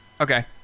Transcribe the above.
Okay